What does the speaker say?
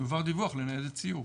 יועבר דיווח לניידת סיור